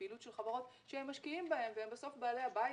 בפעילות של חברות - שהם משקיעים בהן והם בסוף בעלי הבית